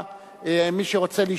בחודש